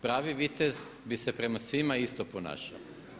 Pravi vitez bi se prema svima isto ponašao.